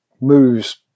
moves